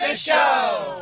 ah show